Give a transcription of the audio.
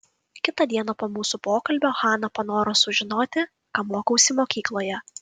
kitą dieną po mūsų pokalbio hana panoro sužinoti ką mokausi mokykloje